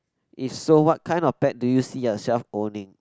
if so what kind of pet do you see yourself owning